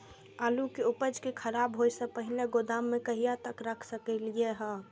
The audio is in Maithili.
आलु के उपज के खराब होय से पहिले गोदाम में कहिया तक रख सकलिये हन?